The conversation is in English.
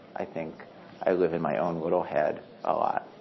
i think i live in my own little head a lot.